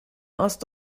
ost